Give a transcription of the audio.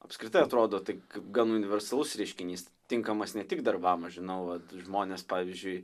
apskritai atrodo tai g gan universalus reiškinys tinkamas ne tik darbam aš žinau vat žmonės pavyzdžiui